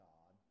God